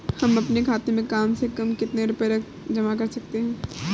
हम अपने खाते में कम से कम कितने रुपये तक जमा कर सकते हैं?